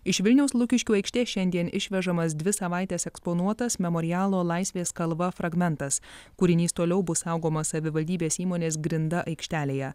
iš vilniaus lukiškių aikštės šiandien išvežamas dvi savaites eksponuotas memorialo laisvės kalva fragmentas kūrinys toliau bus saugomas savivaldybės įmonės grinda aikštelėje